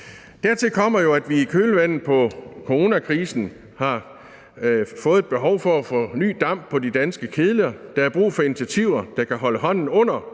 Dertil kommer jo, at vi i kølvandet på coronakrisen har fået et behov for at få ny damp på de danske kedler. Der er brug for initiativer, der kan holde hånden under